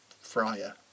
friar